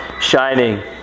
shining